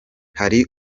hari